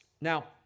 Now